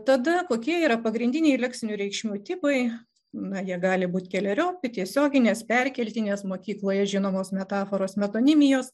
tada kokie yra pagrindiniai leksinių reikšmių tipai na jie gali būti keleriopi tiesioginės perkeltinės mokykloje žinomos metaforos metonimijos